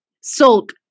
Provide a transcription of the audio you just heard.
Sulk